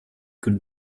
could